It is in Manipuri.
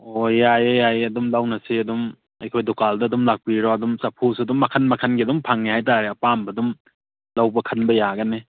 ꯑꯣ ꯌꯥꯏꯌꯦ ꯌꯥꯏꯌꯦ ꯑꯗꯨꯝ ꯂꯧꯅꯁꯦ ꯑꯗꯨꯝ ꯑꯩꯈꯣꯏ ꯗꯨꯀꯥꯟꯗ ꯑꯗꯨꯝꯂꯥꯛꯄꯤꯔꯣ ꯑꯗꯨꯝ ꯆꯐꯨꯁꯨ ꯑꯗꯨꯝ ꯃꯈꯜ ꯃꯈꯜꯒꯤ ꯐꯪꯉꯦ ꯍꯥꯏ ꯇꯥꯔꯦ ꯑꯄꯥꯝꯕ ꯑꯗꯨꯝ ꯂꯧꯕ ꯈꯟꯕ ꯌꯥꯒꯅꯤ